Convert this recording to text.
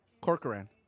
Corcoran